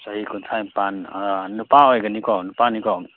ꯑꯣ ꯆꯍꯤ ꯀꯨꯟꯊ꯭ꯔꯥ ꯅꯤꯄꯥꯟ ꯅꯨꯄꯥ ꯑꯣꯏꯒꯅꯤꯀꯣ ꯅꯨꯄꯥꯅꯤꯀꯣ